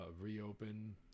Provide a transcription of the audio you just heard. reopen